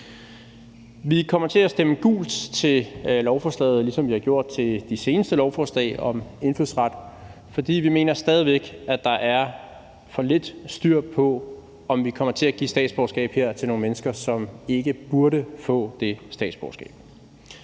Vi kommer til at stemme gult til lovforslaget, ligesom vi har gjort til de seneste lovforslag om indfødsret, fordi vi stadig væk mener, at der er for lidt styr på, om vi kommer til at give statsborgerskab her til nogle mennesker, som ikke burde få det statsborgerskab.